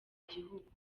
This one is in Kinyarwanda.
gihugu